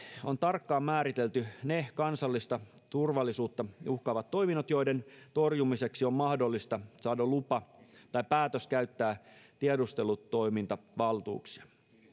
on tarkkaan määritelty ne kansallista turvallisuutta uhkaavat toiminnot joiden torjumiseksi on mahdollista saada lupa tai päätös käyttää tiedustelutoimintavaltuuksia